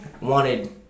wanted